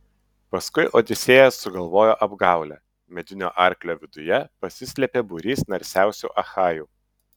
paskui odisėjas sugalvojo apgaulę medinio arklio viduje pasislėpė būrys narsiausių achajų